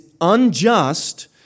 unjust